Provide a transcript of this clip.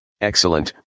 Excellent